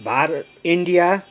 भार् India